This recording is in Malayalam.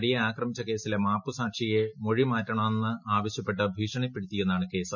നടിയെ ആക്രമിച്ച കേസിലെ മാപ്പൂ സാക്ഷിയെ മൊഴിമാറ്റണമെന്നാവശ്യപ്പെട്ട് ഭീഷണിപ്പെടുത്തി യെന്നാണ് കേസ്